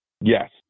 yes